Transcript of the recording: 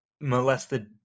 molested